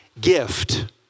gift